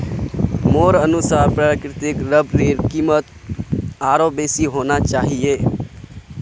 मोर अनुसार प्राकृतिक रबरेर कीमत आरोह बेसी होना चाहिए